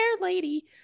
lady